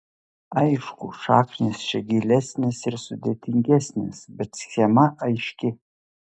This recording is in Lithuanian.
aišku šaknys čia gilesnės ir sudėtingesnės bet schema aiški